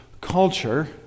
culture